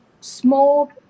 small